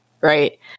Right